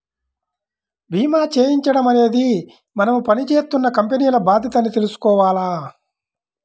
భీమా చేయించడం అనేది మనం పని జేత్తున్న కంపెనీల బాధ్యత అని తెలుసుకోవాల